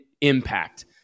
impact